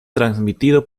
transmitido